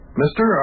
mister